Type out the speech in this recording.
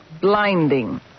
Blinding